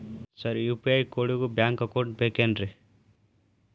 Sir UPI ಕೋಡಿಗೂ bank account ಬೇಕೆನ್ರಿ?